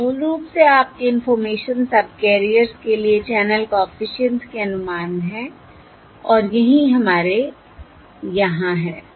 ये मूल रूप से आपके इंफॉर्मेशन सबकैरियर्स के लिए चैनल कॉफिशिएंट्स के अनुमान हैं और यही हमारे यहां है